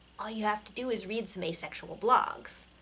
all you have to do is read some asexual blogs.